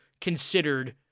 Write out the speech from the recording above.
considered